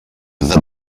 with